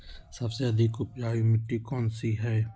सबसे अधिक उपजाऊ मिट्टी कौन सी हैं?